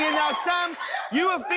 now sam you have